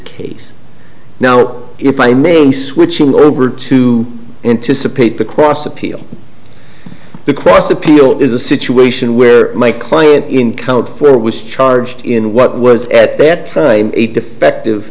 case now if i may be switching over to anticipate the cross appeal the cross appeal is a situation where my client encountered fear was charged in what was at that time a defective